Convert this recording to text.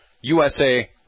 USA